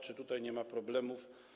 Czy tutaj nie ma problemów?